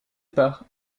par